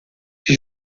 que